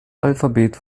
alphabet